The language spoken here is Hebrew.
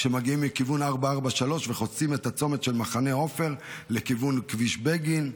כשמגיעים מכיוון 443 וחוצים את הצומת של מחנה עופר לכיוון כביש בגין.